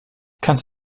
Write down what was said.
kannst